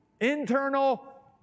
internal